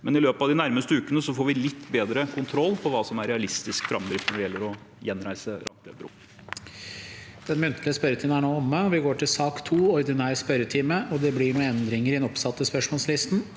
tid. I løpet av de nærmeste ukene får vi litt bedre kontroll på hva som er realistisk framdrift når det gjelder å gjenreise Randklev